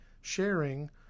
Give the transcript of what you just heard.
sharing